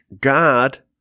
God